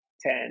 ten